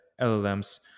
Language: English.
LLMs